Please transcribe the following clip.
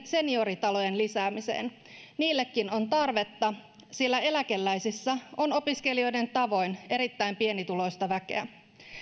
senioritalojen lisäämiseen niillekin on tarvetta sillä eläkeläisissä on opiskelijoiden tavoin erittäin pienituloista väkeä